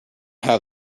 have